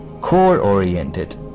core-oriented